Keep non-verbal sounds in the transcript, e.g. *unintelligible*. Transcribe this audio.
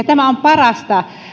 *unintelligible* tämä on parasta